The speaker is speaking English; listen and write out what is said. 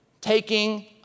taking